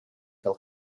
fel